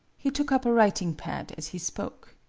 he took up a writing-pad as he spoke.